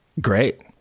Great